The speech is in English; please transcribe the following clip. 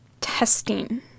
testing